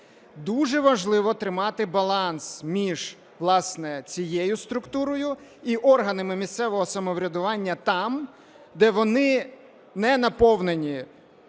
дуже важливо тримати баланс між, власне, цією структурою і органами місцевого самоврядування там, де вони не наповнені